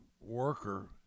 worker